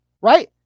right